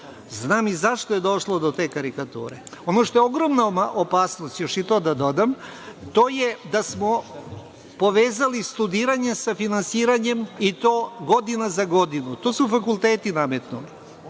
Znam i zašto je došlo do te karikature. Ono što je ogromna opasnost, još i to da dodam, to je da smo povezali studiranje sa finansiranjem, i to godina za godinu. To su fakulteti nametnuli.